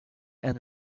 and